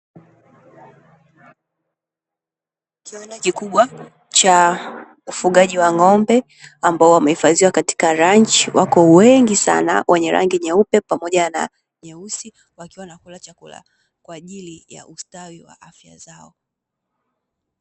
Kiwanda kikubwa cha ufugaji wa ng'ombe ambao wamehifadhiwa katika ranchi, wako wengi sana wenye rangi nyeupe pamoja na nyeusi, wakiwa wanakula chakula kwa ajili ya ustawi wa afya zao.